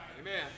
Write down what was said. Amen